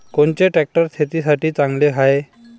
कोनचे ट्रॅक्टर शेतीसाठी चांगले हाये?